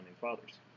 fathers